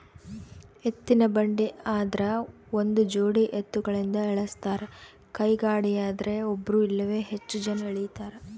ಎತ್ತಿನಬಂಡಿ ಆದ್ರ ಒಂದುಜೋಡಿ ಎತ್ತುಗಳಿಂದ ಎಳಸ್ತಾರ ಕೈಗಾಡಿಯದ್ರೆ ಒಬ್ರು ಇಲ್ಲವೇ ಹೆಚ್ಚು ಜನ ಎಳೀತಾರ